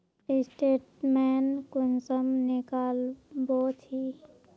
Statement कुंसम निकलाबो छी?